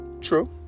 True